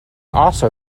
also